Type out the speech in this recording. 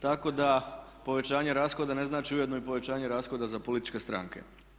Tako da povećanje rashoda ne znači ujedno i povećanje rashoda za političke stranke.